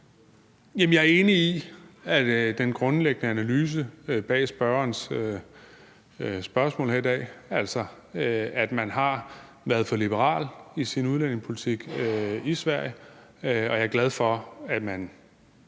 jeg er enig i den grundlæggende analyse bag spørgerens spørgsmål her i dag, altså at man har været for liberal i sin udlændingepolitik i Sverige. Jeg er glad for, at man